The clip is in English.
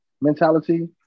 mentality